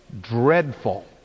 dreadful